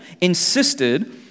insisted